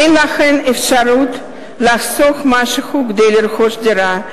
אין להן אפשרות לחסוך משהו כדי לרכוש דירה.